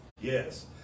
yes